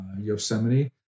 Yosemite